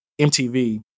MTV